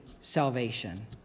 salvation